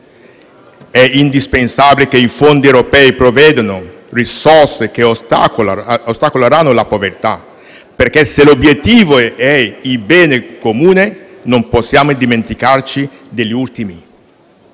è indispensabile che i fondi europei prevedano risorse per ostacolare la povertà perché, se l'obiettivo è il bene comune, non possiamo dimenticarci degli ultimi.